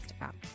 app